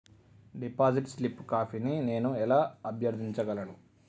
Deposit slip కాపీని నేను ఎలా అభ్యర్థించగలను?